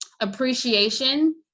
appreciation